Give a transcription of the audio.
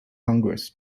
congress